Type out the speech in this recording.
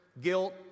guilt